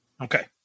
Okay